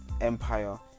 empire